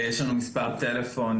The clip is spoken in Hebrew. יש לנו מספר טלפון,